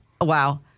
Wow